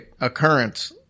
occurrence